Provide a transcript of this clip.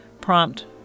prompt